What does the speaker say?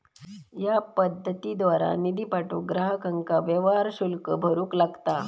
या पद्धतीद्वारा निधी पाठवूक ग्राहकांका व्यवहार शुल्क भरूक लागता